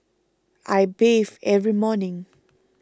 I bathe every morning